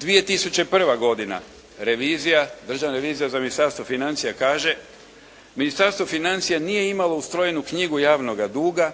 2001. godina. Revizija, Državna revizija za Ministarstvo financija kaže: «Ministarstvo financija nije imalo ustrojenu knjigu javnoga duga.